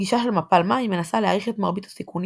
גישה של מפל מים מנסה להעריך את מרבית הסיכונים